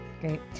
Great